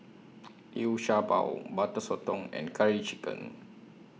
Liu Sha Bao Butter Sotong and Curry Chicken